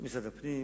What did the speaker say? זה משרד הפנים,